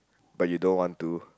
but you don't want to